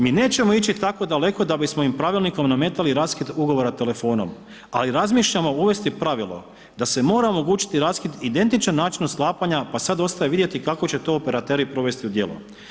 Mi nećemo ići tako daleko da bi svojim pravilnikom nametali raskid ugovora telefonom ali razmišljamo uvesti pravilo da se mora omogućiti raskid identičan načinu sklapanja pa sad ostaje vidjeti kako će to operateri provesti u djelo.